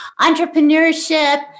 entrepreneurship